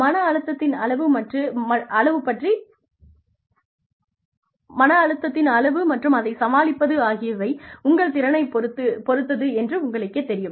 மன அழுத்தத்தின் அளவு மற்றும் அதைச் சமாளிப்பது ஆகியவை உங்கள் திறனைப் பொறுத்து என்று உங்களுக்கேத் தெரியும்